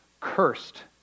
Cursed